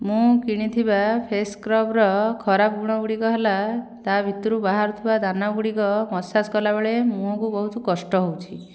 ମୁଁ କିଣିଥିବା ଫେସ୍ ସ୍କ୍ରବ୍ର ଖରାପ ଗୁଣ ଗୁଡ଼ିକ ହେଲା ତା ଭିତରୁ ବାହାରୁଥିବା ଦାନା ଗୁଡ଼ିକ ମସାଜ କଲାବେଳେ ମୁହଁକୁ ବହୁତ କଷ୍ଟ ହେଉଛି